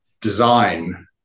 design